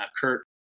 Kurt